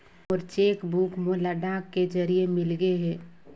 मोर cheque book मोला डाक के जरिए मिलगे हे